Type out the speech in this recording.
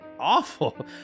Awful